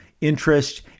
interest